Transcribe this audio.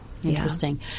Interesting